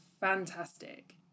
fantastic